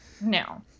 No